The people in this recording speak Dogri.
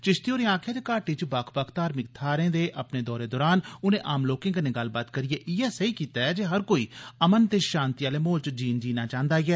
चिप्ती होरें आक्खेआ जे घाटी च बक्ख बक्ख धार्मिक थाह्रे दे अपने दौरे दौरान उनें आम लोकें कन्नै गल्लबात करिए इयै सेई कीता ऐ जे हर कोई अमन ते षांति आले माहोल च जीन जीना चांह्दा ऐ